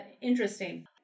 Interesting